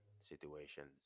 situations